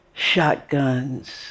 shotguns